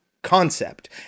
concept